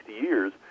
years